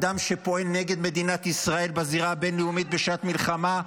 אדם שפועל נגד מדינת ישראל בזירה הבין-לאומית בשעת מלחמה,